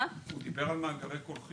הוא דיבר על מאגרי קולחין.